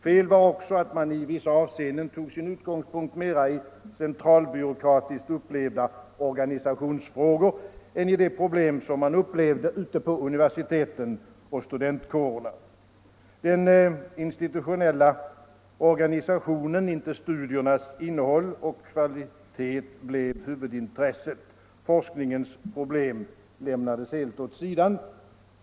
Fel var också att man i vissa avseenden tog sin utgångspunkt mera i centralbyråkratiskt upplevda organisationsfrågor än i de problem som de berörda upplevde ute vid universiteten och i studentkårerna. Den institutionella organisationen, inte studiernas innehåll och kvalitet, blev huvudintresset. Forskningens problem lämnades helt åt sidan.